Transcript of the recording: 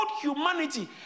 humanity